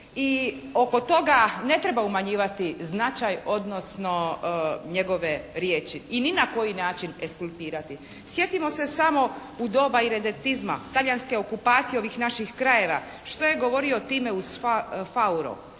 I oko toga ne treba umanjivati značaj odnosno njegove riječi. I ni na koji način ekskulpirati. Sjetimo se samo u doba iredentizma, talijanske okupacije ovih naših krajeva što je govorio …/Govornik